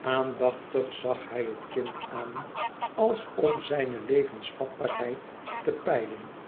aandachtig zag hij het kind aan als om zijne levensvatbaarheid te peilen